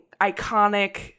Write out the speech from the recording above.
iconic